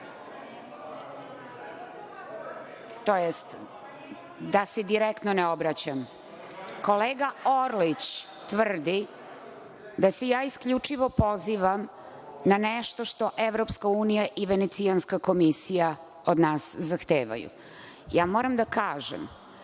tj. da se direktno ne obraćam, kolega Orlić tvrdi da se ja isključivo pozivam na nešto što EU i Venecijanska komisija od nas zahtevaju. Moram da kažem